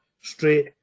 straight